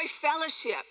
fellowship